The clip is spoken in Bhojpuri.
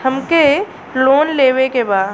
हमके लोन लेवे के बा?